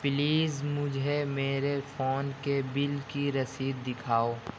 please مجھے میرے phone کے بل کی رسید دکھاؤ